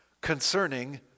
Concerning